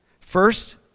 First